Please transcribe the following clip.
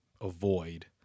avoid